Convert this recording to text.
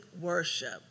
worship